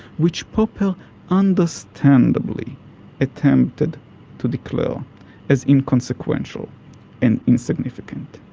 which popper understandably attempted to declare as inconsequential and insignificant.